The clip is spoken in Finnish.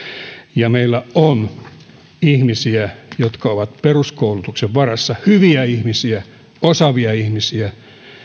ja meillä on ihmisiä jotka ovat peruskoulutuksen varassa hyviä ihmisiä osaavia ihmisiä